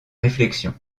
réflexion